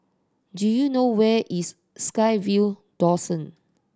do you know where is SkyVille Dawson